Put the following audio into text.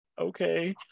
okay